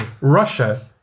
Russia